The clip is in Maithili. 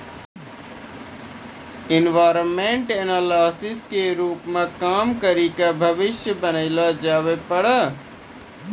इन्वेस्टमेंट एनालिस्ट के रूपो मे काम करि के भविष्य बनैलो जाबै पाड़ै